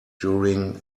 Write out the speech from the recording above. during